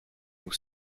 nous